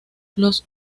sus